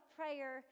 prayer